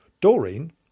Doreen